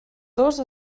dos